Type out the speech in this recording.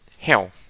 hell